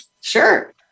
Sure